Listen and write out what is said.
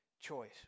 choice